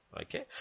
Okay